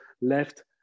left